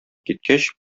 киткәч